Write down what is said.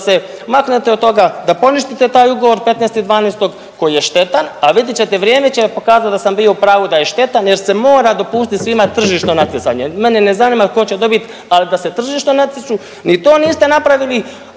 da se maknete od toga, da poništite taj ugovor od 15.12. koji je štetan, a vidit ćete vrijeme će vam pokazati da sam bio u pravu da je štetan jer se mora dopustit svima tržišno natjecanje. Mene ne zanima tko će dobit, ali da se tržišno natječu, ni to niste napravili,